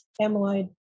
amyloid